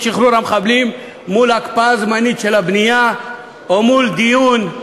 שחרור המחבלים על הקפאה זמנית של הבנייה או על דיון,